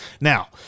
Now